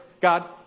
God